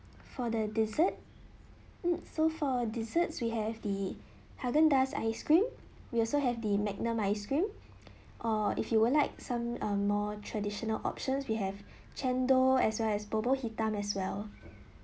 for the dessert mm so for desserts we have the haagen dazs ice cream we also have the magnum ice cream or if you would like some uh more traditional options we have chendol as well as bubur hitam as well